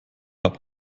habe